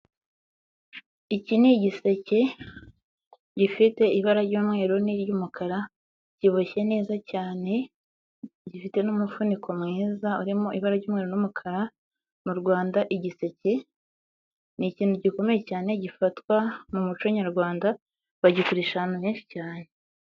Iki ni igiseke gifite ibara ry'umweru n'iry'umukara, kiboshye neza cyane, gifite n'umuvuniko mwiza urimo ibara ry'umweru n'umukara, mu Rwanda igiseke ni ikintu gikomeye cyane gifatwa mu muco nyarwanda, bagikoresha ahantu henshi cyane.